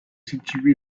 situé